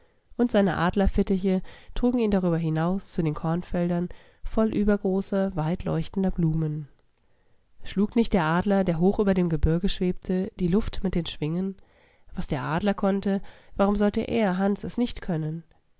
und seine adlerfittiche trugen ihn darüber hinaus zu den kornfeldern voll übergroßer weitleuchtender blumen schlug nicht der adler der hoch über dem gebirge schwebte die luft mit den schwingen was der adler konnte warum sollte er hans es nicht können